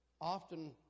often